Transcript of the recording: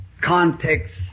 context